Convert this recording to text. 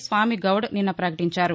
స్వామిగౌడ్ నిన్న ప్రకటించారు